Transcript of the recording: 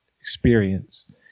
experience